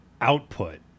output